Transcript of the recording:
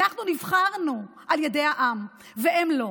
אנחנו נבחרנו על ידי העם, והם לא.